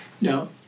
No